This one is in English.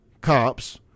cops